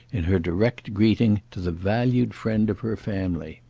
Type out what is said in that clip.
in her direct greeting to the valued friend of her family.